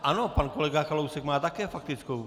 Ano, pan kolega Kalousek má také faktickou.